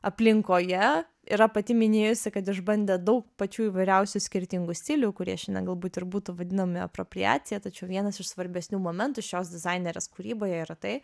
aplinkoje yra pati minėjusi kad išbandė daug pačių įvairiausių skirtingų stilių kurie šiandien galbūt ir būtų vadinami apropriacija tačiau vienas iš svarbesnių momentų šios dizainerės kūryboje yra tai